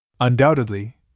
Undoubtedly